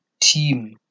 team